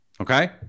okay